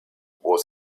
was